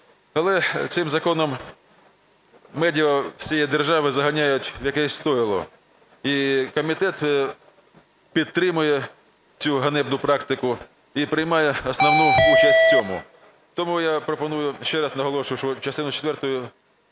Але цим законом медіа всієї держави заганяють в якесь стійло, і комітет підтримує цю ганебну практику і приймає основну участь в цьому. Тому я пропоную, ще раз наголошую, що частину четверту